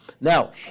Now